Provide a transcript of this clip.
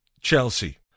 Chelsea